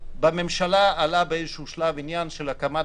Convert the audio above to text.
בממשלה עלה באיזשהו שלב נושא של הקמת